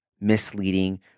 misleading